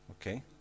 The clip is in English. Okay